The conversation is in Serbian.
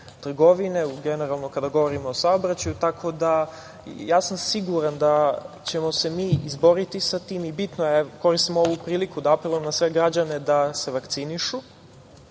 generalno kada govorimo o saobraćaju. Ja sam siguran da ćemo se mi izboriti sa tim. Koristim ovu priliku da apelujem na sve građane da se vakcinišu,